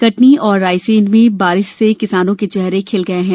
कटनी और रायसेन में बारिश से किसानों के चेहरे खिल गए हैं